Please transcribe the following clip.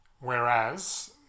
Whereas